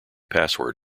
password